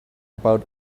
about